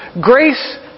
grace